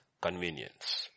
convenience